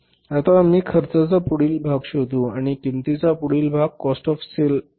आता आम्ही खर्चाचा पुढील भाग शोधू आणि किंमतीचा पुढील भाग काॅस्ट ऑफ सेल आहे बरोबर